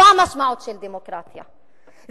זו המשמעות של דמוקרטיה,